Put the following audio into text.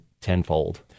tenfold